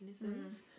mechanisms